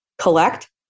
collect